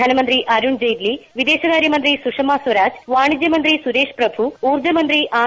ധനമന്ത്രി അരുൺജെയ്റ്റ്ലി വിദേശകാരൃമന്ത്രി സുഷമ സ്വരാജ് വാണിജ്യമന്ത്രി സുരേഷ് പ്രഭു ഊർജ്ജമന്ത്രി ആർ